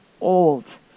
old